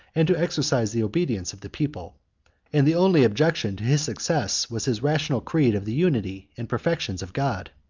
and to exercise the obedience of the people and the only objection to his success was his rational creed of the unity and perfections of god.